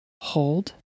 Hold